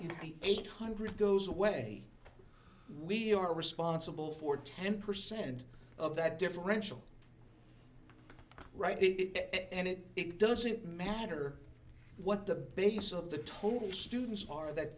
eight hundred goes away we are responsible for ten percent of that differential right it and it it doesn't matter what the base of the total students are that